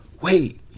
wait